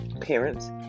parents